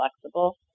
flexible